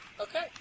Okay